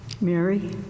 Mary